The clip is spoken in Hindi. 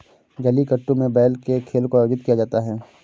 जलीकट्टू में बैल के खेल को आयोजित किया जाता है